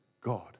God